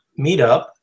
meetup